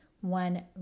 One